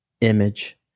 image